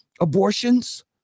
abortions